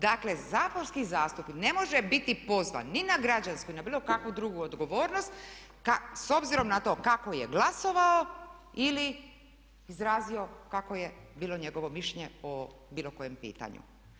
Dakle saborski zastupnik ne može biti pozvan ni na građansku ili na bilo kakvu odgovornost s obzirom na to kako je glasovao ili izrazio kakvo je bilo njegovo mišljenje o bilo kojem pitanju.